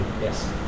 yes